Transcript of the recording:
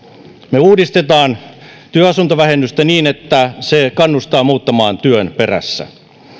me uudistamme työasuntovähennystä niin että se kannustaa muuttamaan työn perässä